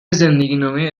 زندگینامه